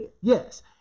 Yes